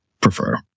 prefer